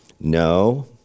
No